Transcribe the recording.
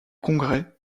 congrès